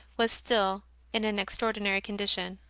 was still in an extraordinary condition.